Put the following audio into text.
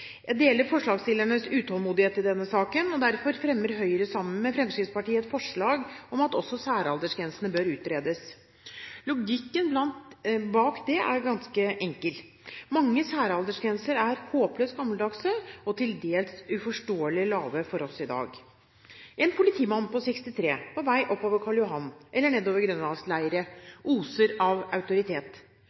Jeg deler forslagsstillernes utålmodighet i denne saken, og derfor fremmer Høyre, sammen med Fremskrittspartiet, et forslag om at også særaldersgrensene bør utredes. Logikken bak dette er ganske enkel: Mange særaldersgrenser er håpløst gammeldagse og til dels uforståelig lave for oss i dag. En politimann på 63 på vei oppover Karl Johan eller nedover Grønlandsleiret oser av autoritet.